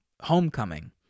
Homecoming